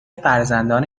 فرزندان